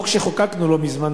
החוק שחוקקנו לא מזמן,